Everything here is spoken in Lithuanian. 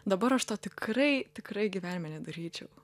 dabar aš to tikrai tikrai gyvenime nedaryčiau